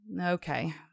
Okay